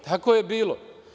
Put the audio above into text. Tako je bilo.